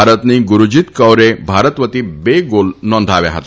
ભારતની ગુરજીત કૌરે ભારતવતી બે ગોલ નોંધાવ્યા હતા